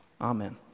Amen